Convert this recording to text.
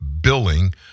billing